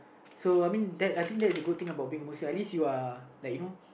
so I mean that I think that is a good thing about being Muslim at least you are like you know